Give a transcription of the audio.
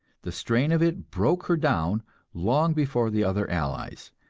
the strain of it broke her down long before the other allies,